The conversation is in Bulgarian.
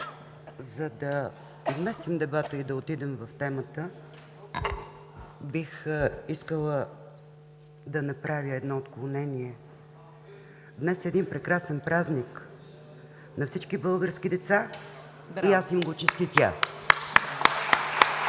за да изместим дебата и отидем в темата, бих искала да направя едно отклонение. Днес е един прекрасен празник на всички български деца и аз им го честитя.